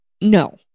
No